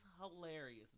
hilarious